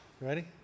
Ready